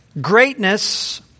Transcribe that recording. greatness